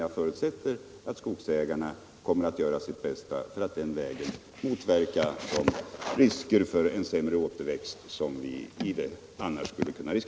Jag förutsätter att skogsägarna kommer att göra sitt bästa för att den vägen motverka de risker för en sämre återväxt som annars finns.